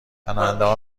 پناهندهها